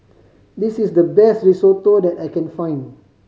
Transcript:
this is the best Risotto that I can find